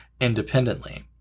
independently